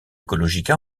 écologique